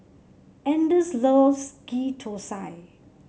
Anders loves Ghee Thosai